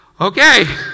Okay